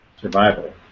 survival